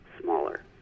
smaller